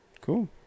cool